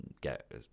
get